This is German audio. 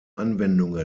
anwendungen